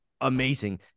amazing